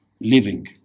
living